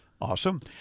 Awesome